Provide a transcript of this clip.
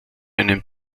einem